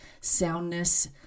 soundness